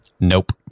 Nope